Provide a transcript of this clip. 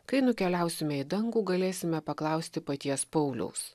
kai nukeliausime į dangų galėsime paklausti paties pauliaus